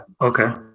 okay